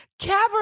Cabaret